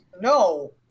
no